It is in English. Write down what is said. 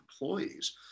employees